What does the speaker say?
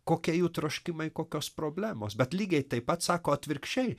kokie jų troškimai kokios problemos bet lygiai taip pat sako atvirkščiai